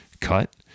cut